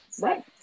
right